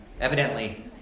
Evidently